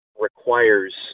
requires